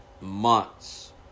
Months